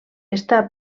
està